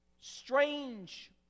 strange